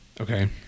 Okay